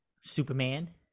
Superman